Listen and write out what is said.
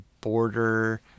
border